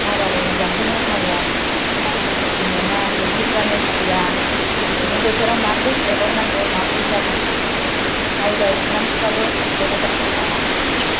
हाबाबो मोजांखौनो हाया नांगौबादि मोना दुब्लिफ्रानो सिया देग्लायनि बोथोराव माब्रै गाइबाव नांगौ माब्रै जाबाव नांगौ माइ गाइनांगौबाबो दैखौनो मोनला नामा